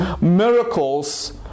miracles